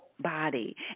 body